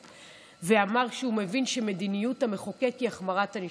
ואמר שהוא מבין שמדיניות המחוקק היא החמרת ענישה.